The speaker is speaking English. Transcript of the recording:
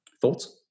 Thoughts